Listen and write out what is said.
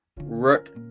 Rook